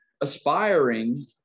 aspiring